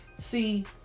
see